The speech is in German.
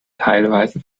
teilweise